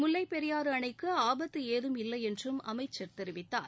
முல்லைப் பெரியாறு அணைக்கு ஆபத்து ஏதும் இல்லை என்றும் அமைச்சர் தெரிவித்தார்